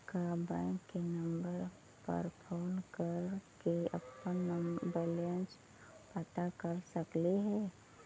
का बैंक के नंबर पर फोन कर के अपन बैलेंस पता कर सकली हे?